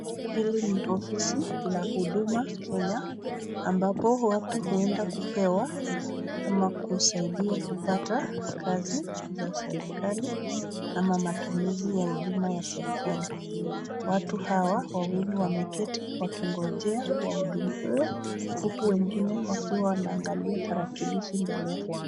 Hili ni ofisi la huduma Kenya ambapo watu uenda kupewa ama kusaidiwa kupata kazi ya serekali ama matumishi ya huduma ya serekali, watu hawa wawili wameketi wakingoja wahudumiwe huku wengine wakiangalia darakilishi mbele yao.